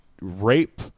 rape